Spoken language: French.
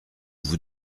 vous